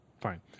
Fine